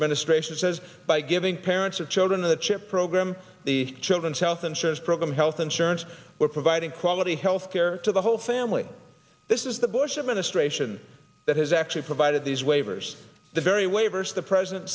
administration says by giving parents of children a chip program the children's health insurance program health insurance we're providing quality health care to the whole family this is the bush administration that has actually provided these waivers the very waivers the president